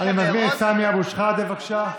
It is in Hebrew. אני מזמין את סמי אבו שחאדה, בבקשה,